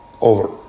over